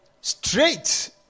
Straight